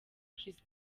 chris